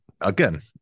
again